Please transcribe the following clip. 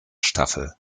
staffel